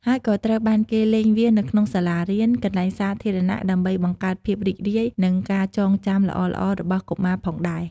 ហើយក៏ត្រូវបានគេលេងវា នៅក្នុងសាលារៀន កន្លែងសាធារណៈ ដើម្បីបង្កើតភាពរីករាយ និងការចងចាំល្អៗរបស់កុមារផងដែរ។